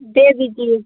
दे दीजिए